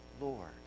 Lord